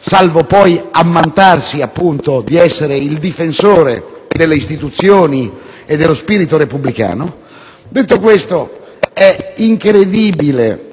salvo poi ammantarsi di essere il difensore delle istituzioni e dello spirito repubblicano - è incredibile